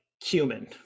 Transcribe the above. cumin